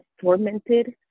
tormented